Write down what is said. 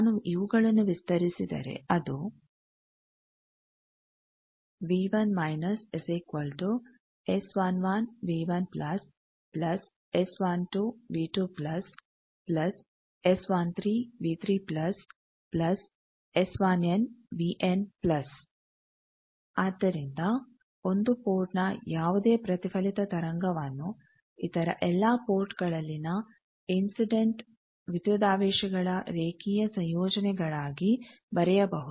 ನಾನು ಇವುಗಳನ್ನು ವಿಸ್ತರಿಸಿದರೆ ಅದು ಆದ್ದರಿಂದ 1 ಪೋರ್ಟ್ ನ ಯಾವುದೇ ಪ್ರತಿಫಲಿತ ತರಂಗವನ್ನು ಇತರ ಎಲ್ಲ ಪೋರ್ಟ್ಗಳಲ್ಲಿನ ಇನ್ಸಿಡೆಂಟ್ ವಿದ್ಯುದಾವೇಶಗಳ ರೇಖೀಯ ಸಂಯೋಜನೆಗಳಾಗಿ ಬರೆಯಬಹುದು